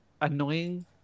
annoying